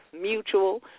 mutual